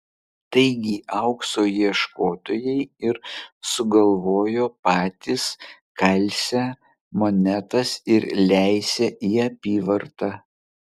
taigi aukso ieškotojai ir sugalvojo patys kalsią monetas ir leisią į apyvartą